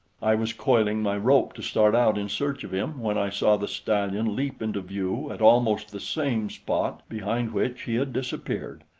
i was coiling my rope to start out in search of him, when i saw the stallion leap into view at almost the same spot behind which he had disappeared,